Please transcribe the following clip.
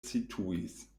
situis